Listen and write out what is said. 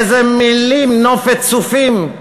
איזה מילים, נופת צופים.